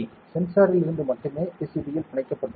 சென்சாரிலிருந்து மட்டுமே பிசிபியில் பிணைக்கப்பட்டுள்ளது